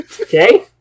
okay